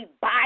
buy